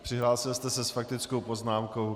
Přihlásil jste se s faktickou poznámkou.